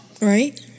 right